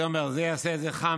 זה אומר: זה יעשה את זה חם,